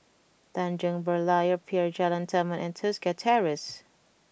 Tanjong Berlayer Pier Jalan Taman and Tosca Terrace